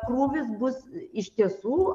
krūvis bus iš tiesų